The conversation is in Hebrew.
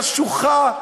חשוכה.